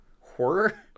horror